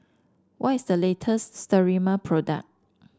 what is the latest Sterimar product